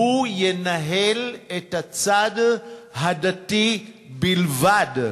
שהוא ינהל את הצד הדתי בלבד,